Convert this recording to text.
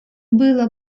было